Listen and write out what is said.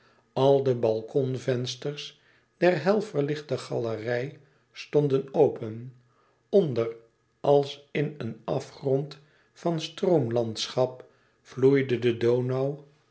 al de balkonvensters der hel verlichte galerij stonden open onder als in een afgrond van stroomlandschap vloeide de donau